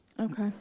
Okay